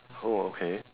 oh okay